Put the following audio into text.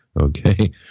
okay